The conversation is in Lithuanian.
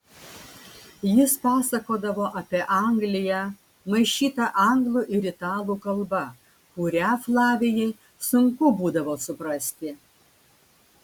jis pasakodavo apie angliją maišyta anglų ir italų kalba kurią flavijai sunku būdavo suprasti